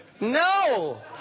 No